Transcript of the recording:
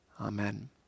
amen